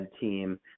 team